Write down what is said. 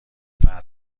فتح